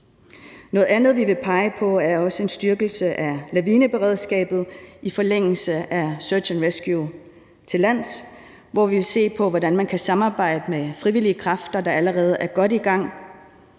Noget andet, vi vil pege på, er en styrkelse af lavineberedskabet i forlængelse af Search and Rescue til lands, hvor vi vil se på, hvordan man kan samarbejde med frivillige kræfter, der allerede er godt i gang.